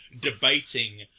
debating